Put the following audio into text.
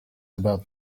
about